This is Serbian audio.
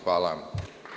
Hvala.